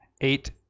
eight